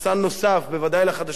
בוודאי לחדשות המקומיות,